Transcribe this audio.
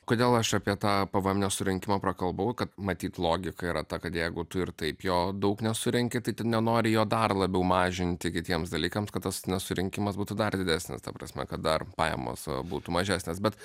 kodėl aš apie tą pvm nesurinkimą prakalbau kad matyt logika yra ta kad jeigu tu ir taip jo daug nesurenki tai tu nenori jo dar labiau mažinti kitiems dalykams kad tas nesurinkimas būtų dar didesnis ta prasme kad dar pajamos būtų mažesnės bet